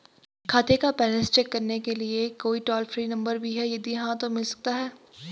खाते का balance check करने के लिए कोई टॉल फ्री नम्बर भी है यदि हाँ तो मिल सकता है?